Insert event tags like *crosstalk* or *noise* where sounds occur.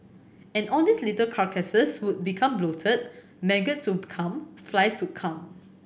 and all these little carcasses would become bloated maggots *unintelligible* come flies to come